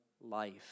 life